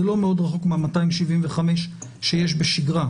זה לא מאוד רחוק מה-275 שיש בשגרה.